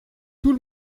tout